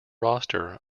roster